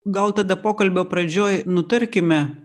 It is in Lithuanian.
gal tada pokalbio pradžioj nutarkime